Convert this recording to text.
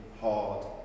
hard